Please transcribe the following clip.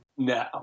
No